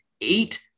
eight